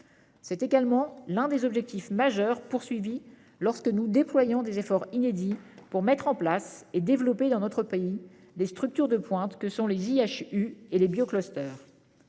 C'est également l'un des objectifs majeurs poursuivis lorsque nous déployons des efforts inédits pour mettre en place et développer dans notre pays les structures de pointe que sont les instituts